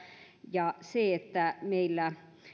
ja se että meillä